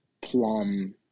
plum